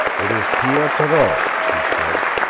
it is pierre thoreau, he said,